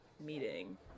meeting